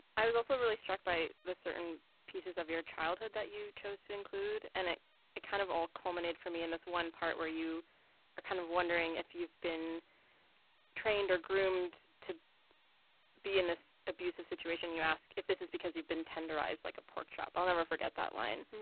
i was also really struck by the certain pieces of your childhood that you chose to include. and it it kind of all culminated for me in this one part where you are kind of wondering if you've been trained or groomed to be in this abusive situation. you ask if this is because you've been tenderized, like a pork chop. i'll never forget that line.